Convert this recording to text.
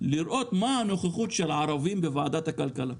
לראות מה הנוכחות של הערבים בוועדת הכלכלה.